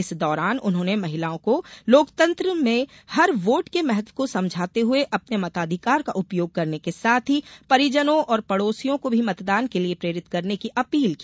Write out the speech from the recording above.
इस दौरान उन्होंने महिलाओं को लोकतंत्र में हर वोट के महत्व को समझाते हुए अपने मताधिकार का उपयोग करने के साथ ही परिजनों और पड़ौसियों को भी मतदान के लिए प्रेरित करने की अपील की